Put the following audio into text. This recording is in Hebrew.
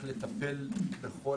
כיצד לטפל בכל